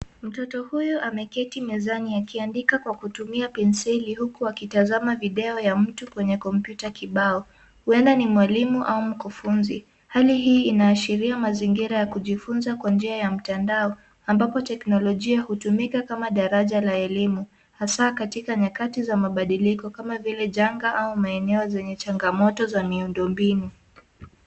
Mtoto huyu ameketi mezani akiandika kwa kutumia penseli huku akitazama video ya mtu kwenye kompyuta kibao. Huenda ni mwalimu au mkufunzi. Hali hii inaashiria mazingira ya kujifunza kwa njia ya mtandao ambapo teknolojia hutumika kama daraja la elimu hasa katika nyakati za mabadiliko kama vile janga au maeneo zenye changamoto za miundo mbinu.